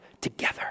together